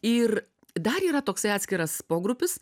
ir dar yra toksai atskiras pogrupis